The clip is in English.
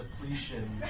depletion